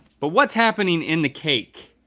but what's happening in the cake?